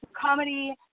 comedy